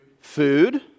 Food